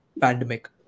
pandemic